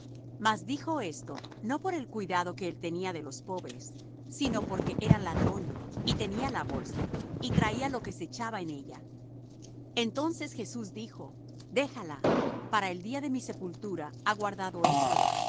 mas dijo esto no por el cuidado que él tenía de los pobres sino porque era ladrón y tenía la bolsa y traía lo que se echaba en ella entonces jesús dijo déjala para el día de mi sepultura ha guardado esto